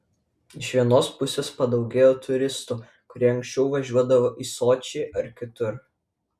iš vienos pusės padaugėjo turistų kurie anksčiau važiuodavo į sočį ar kitur